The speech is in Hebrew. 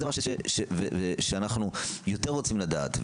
זה דבר שאנחנו יותר רוצים לדעת.